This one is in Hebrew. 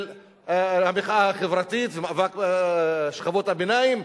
של המחאה החברתית והמחאה של שכבות הביניים,